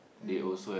um